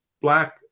black